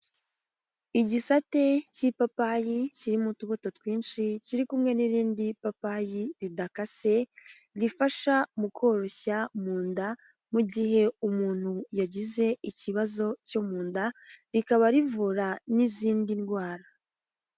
Igisate cy'ipapayi kirimo utubuto twinshi kiri kumwe n'irindi papayi ridakase rifasha mu koroshya mu nda mu gihe umuntu yagize ikibazo cyo mu nda, rikaba rivura n'izindi ndwara.